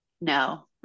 No